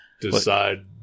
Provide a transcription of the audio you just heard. decide